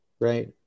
right